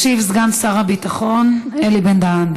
ישיב סגן שר הביטחון אלי בן-דהן.